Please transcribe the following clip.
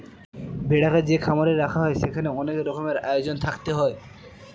ভেড়াকে যে খামারে রাখা হয় সেখানে অনেক রকমের আয়োজন থাকতে হয়